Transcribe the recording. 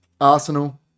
Arsenal